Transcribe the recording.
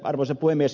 arvoisa puhemies